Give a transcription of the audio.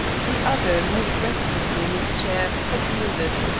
the other moved restlessly in his chair, but yielded.